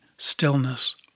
Stillness